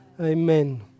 Amen